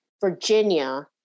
Virginia